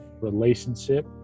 relationship